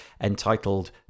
entitled